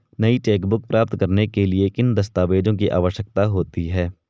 नई चेकबुक प्राप्त करने के लिए किन दस्तावेज़ों की आवश्यकता होती है?